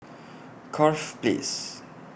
Corfe Place